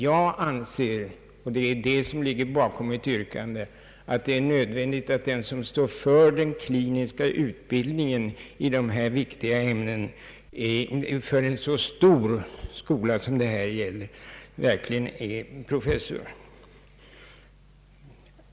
Jag anser — och det är detta som ligger bakom mitt yrkande — att det är nödvändigt att den som står för den kliniska utbildningen i dessa viktiga ämnen för en så stor skola som det här gäller verkligen är professor.